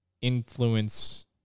influence